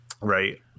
Right